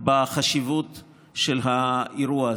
בחשיבות של האירוע הזה.